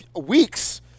weeks